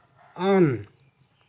on